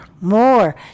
more